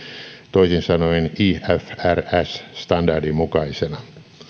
toisin sanoen ifrs standardin mukaisena